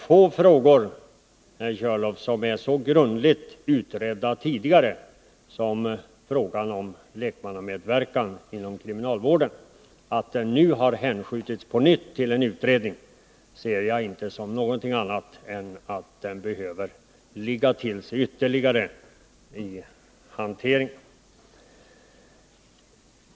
Få frågor är så grundligt utredda tidigare, herr Körlof, som frågan om lekmannamedverkan inom kriminalvården. Att den nu på nytt har hänskjutits till en utredning ser jag inte som något annat än ett tecken på att den behöver ligga till sig ytterligare i hanteringen.